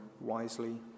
wisely